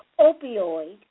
opioid